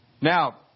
Now